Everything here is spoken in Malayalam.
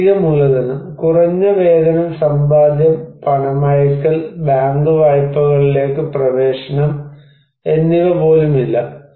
സാമ്പത്തിക മൂലധനം കുറഞ്ഞ വേതനം സമ്പാദ്യം പണമയയ്ക്കൽ ബാങ്ക് വായ്പകളിലേക്ക് പ്രവേശനം എന്നിവ പോലുമില്ല